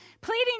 Pleading